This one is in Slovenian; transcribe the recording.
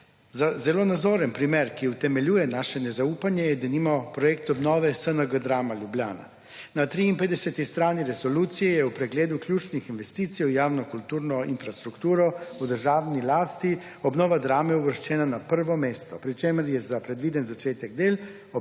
zelo nazoren primer, ki utemeljuje naše nezaupanje je denimo projekt obnove SNG Drama Ljubljana. Na 53. strani resolucije je v pregledu ključnih investicij v javno kulturno infrastrukturo v državni lasti, obnova Drame uvrščena na prvo mesto, pri čemer je za predviden začetek del